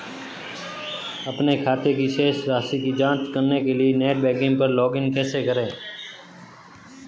अपने खाते की शेष राशि की जांच करने के लिए नेट बैंकिंग पर लॉगइन कैसे करें?